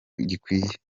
gikwiye